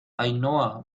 ainhoa